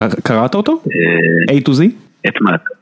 קראת אותו? איי-טו-זי? את מה?